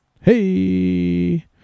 Hey